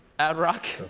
ad-rock?